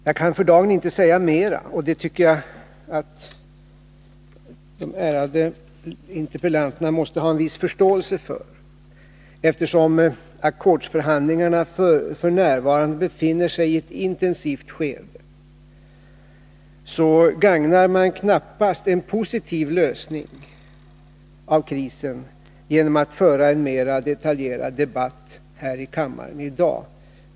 Jag kan för dagen inte säga mera, och det tycker jag att de ärade interpellanterna måste ha en viss förståelse för. Eftersom ackordsförhandlingarna f. n. befinner sig i ett intensivt skede, så gagnar man knappast en positiv lösning av krisen genom att föra en mera detaljerad debatt här i kammaren i dag.